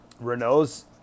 Renault's